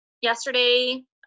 yesterday